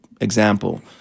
example